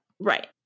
Right